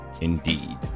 Indeed